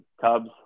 Cubs